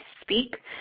speak